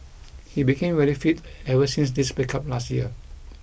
he became very fit ever since this breakup last year